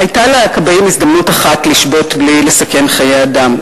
היתה לכבאים הזדמנות אחת לשבות בלי לסכן חיי אדם.